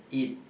eat